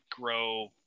grow